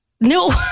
No